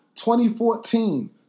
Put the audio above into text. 2014